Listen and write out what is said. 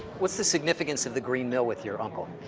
what's the significance of the green mill with your uncle?